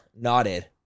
Nodded